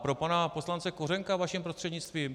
Pro pana poslance Kořenka vaším prostřednictvím.